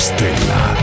Stella